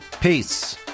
Peace